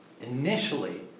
initially